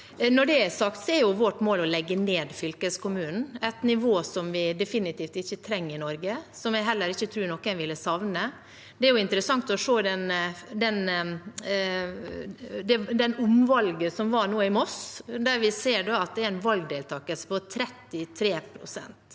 Når det er sagt, er vårt mål å legge ned fylkeskommunen – et nivå som vi definitivt ikke trenger i Norge, og som jeg heller ikke tror noen vil savne. Det var interessant å se omvalget som nå var i Moss, der det var en valgdeltakelse på 33 pst.